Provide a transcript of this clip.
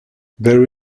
there